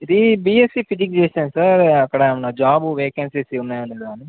ఇది BSc physics చేసాను sir అక్కడన్నా జాబు వేకెన్సీస్ ఉన్నాయండి ాని